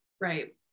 Right